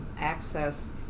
access